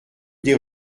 des